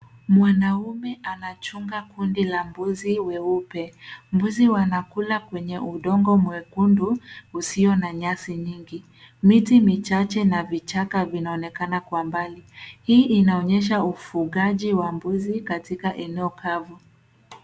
Mwanaume anachunga kundi la mbuzi weupe. Mbuzi wanakula kwenye udongo mwekundu usio na nyasi nyingi. Miti michache na vichaka vinaonekana kwa mbali. Hii inaonyesha ufugaji wa mbuzi katika eneo kavu.